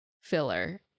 filler